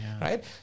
right